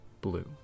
blue